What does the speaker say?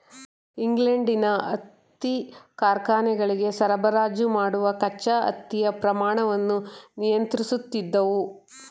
ಇಂಗ್ಲೆಂಡಿನ ಹತ್ತಿ ಕಾರ್ಖಾನೆಗಳಿಗೆ ಸರಬರಾಜು ಮಾಡುವ ಕಚ್ಚಾ ಹತ್ತಿಯ ಪ್ರಮಾಣವನ್ನು ನಿಯಂತ್ರಿಸುತ್ತಿದ್ದವು